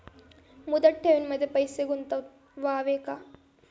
मुदत ठेवींमध्ये पैसे गुंतवावे का?